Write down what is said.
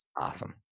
awesome